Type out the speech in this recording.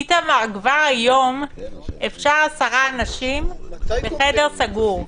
איתמר, כבר היום מותר 10 אנשים בחדר סגור,